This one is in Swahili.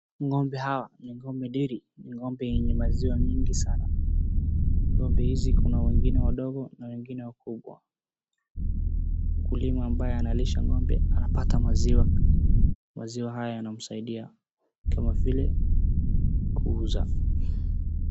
Ng'ombe hawa ni ng'ombe. Diri ni ng'ombe yenye maziwa mengi sana. Ng'ombe hizi kuna wengine wadogo, wengine wakubwa. Mkulima ambaye analisha ng'ombe anapata maziwa. Maziwa haya yanamsaidia kama vile kuuza.